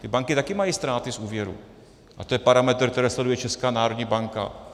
Ty banky taky mají ztráty z úvěrů a to je parametr, který sleduje Česká národní banka.